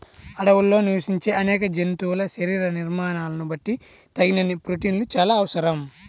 అడవుల్లో నివసించే అనేక జంతువుల శరీర నిర్మాణాలను బట్టి తగినన్ని ప్రోటీన్లు చాలా అవసరం